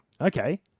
Okay